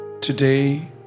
Today